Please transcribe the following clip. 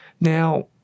Now